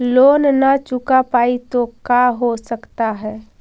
Loan न चुका पाई तो का हो सकता है?